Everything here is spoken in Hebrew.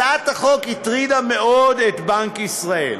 הצעת החוק הטרידה מאוד את בנק ישראל,